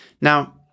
Now